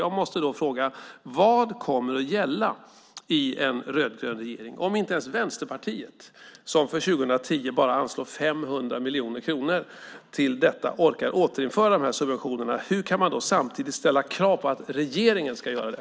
Jag måste fråga vad som kommer att gälla i en rödgrön regering om inte ens Vänsterpartiet, som bara anslår 500 miljoner kronor till detta för 2010, orkar återinföra de här subventionerna. Hur kan man då samtidigt ställa krav på att regeringen ska göra det?